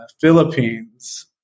Philippines